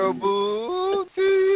booty